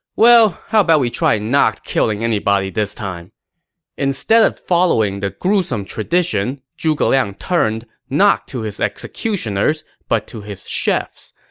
well, how about we try not killing anybody this time instead of following the gruesome tradition, zhuge liang turned not to his executioners, but to his chefs.